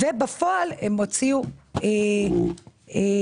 ובפועל הם הוציאו פחות.